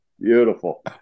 Beautiful